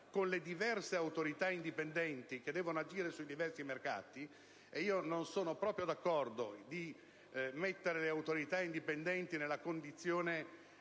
con le diverse autorità indipendenti che devono agire sui vari mercati: non sono affatto d'accordo sul fatto di mettere le autorità indipendenti nella condizione